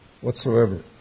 whatsoever